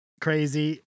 crazy